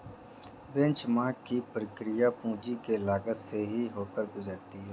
benchmark की प्रक्रिया पूंजी की लागत से ही होकर गुजरती है